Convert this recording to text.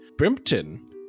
Brimpton